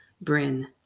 Bryn